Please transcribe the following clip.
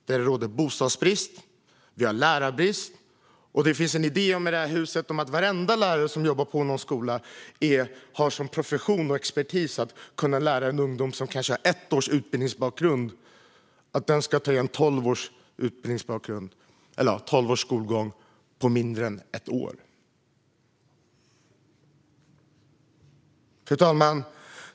Där råder det bostadsbrist, och vi har lärarbrist. Det finns en idé här i huset om att varenda lärare som jobbar på någon skola har som profession och expertis att kunna lära ungdomar som kanske har ett års utbildningsbakgrund att ta igen tolv års skolgång på mindre än ett år. Fru talman!